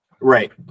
Right